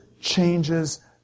changes